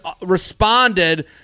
responded